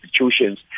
institutions